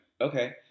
okay